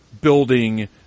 building